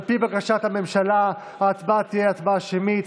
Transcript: על פי בקשת הממשלה, ההצבעה תהיה הצבעה שמית.